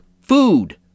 food